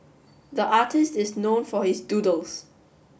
the artist is known for his doodles